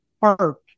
Park